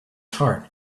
heart